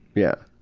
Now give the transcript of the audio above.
yeah.